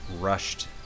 rushed